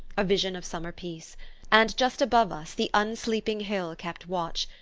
a vision of summer peace and just above us the unsleeping hill kept watch,